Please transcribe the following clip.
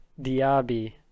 Diaby